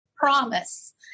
Promise